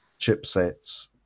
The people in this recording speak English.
chipsets